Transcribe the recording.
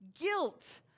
Guilt